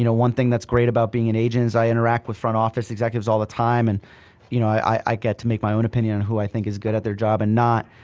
you know one thing that's great about being an agent is i interact with front office executives all the time and you know i get to make my own opinion on who i think is good at their job and not.